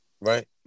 Right